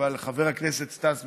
אבל חבר הכנסת סטס מיסז'ניקוב,